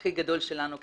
הכי גדול שלנו כמדינה,